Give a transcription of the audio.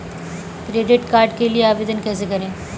Credit card के लिए आवेदन कैसे करें?